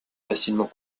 facilement